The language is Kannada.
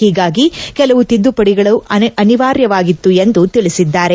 ಹೀಗಾಗಿ ಕೆಲವು ತಿದ್ದುಪಡಿಗಳನ್ನು ಅನಿವಾರ್ಯವಾಗಿತ್ತು ಎಂದು ತಿಳಿಸಿದ್ದಾರೆ